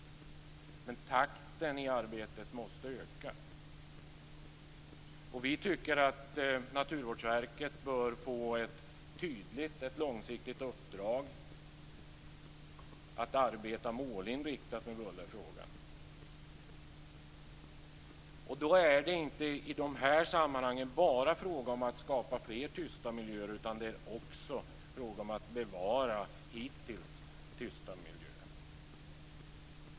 Men takten i arbetet måste öka. Vi tycker att Naturvårdsverket bör få ett tydligt, långsiktigt uppdrag att arbeta målinriktat med bullerfrågan. Då är det inte i de här sammanhangen bara fråga om att skapa fler tysta miljöer. Det är också fråga om att bevara hittills tysta miljöer.